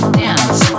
dance